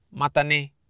matane